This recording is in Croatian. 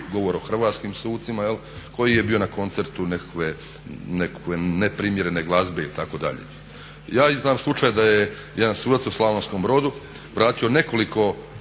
govor o hrvatskim sucima koji je bio na koncertu nekakve neprimjerene glazbe itd. Ja znam slučaj da je jedan sudac u Slavonskom Brodu vratio nekoliko